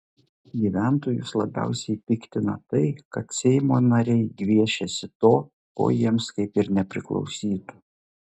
gyventojus labiausiai piktina tai kad seimo nariai gviešiasi to ko jiems kaip ir nepriklausytų